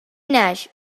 naix